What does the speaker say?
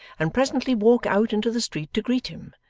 and presently walk out into the street to greet him,